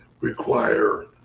require